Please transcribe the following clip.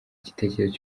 igitekerezo